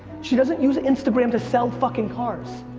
she doesn't use instagram to sell fuckin' cars.